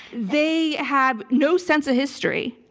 they have no sense of history.